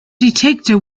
detector